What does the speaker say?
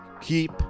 keep